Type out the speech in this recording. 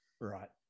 right